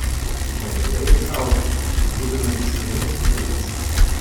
negalėjai šauti būtumei šunis kliudęs